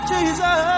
Jesus